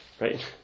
right